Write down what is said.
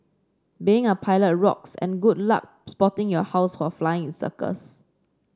being a pilot rocks and good luck spotting your house while flying in circles